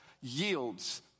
yields